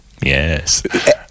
Yes